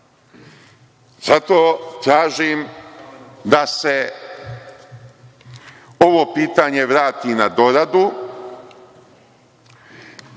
tražim da se ovo pitanje vrati na doradu,